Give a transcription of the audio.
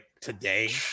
today